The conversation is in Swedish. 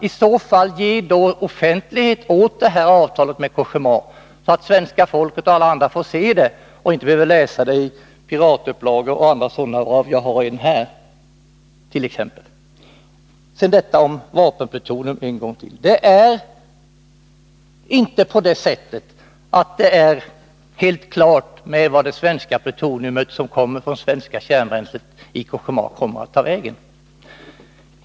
Ge i så fall offentlighet åt avtalet med Cogéma, så att svenska folket och alla andra får se det och inte behöver läsa det i piratupplagor, varav jag har en här, t.ex. Sedan till detta om vapenplutonium en gång till: Det är inte helt klart beträffande vart det svenska plutonium som kommer från det svenska kärnbränslet inom Cogéma kommer att ta vägen.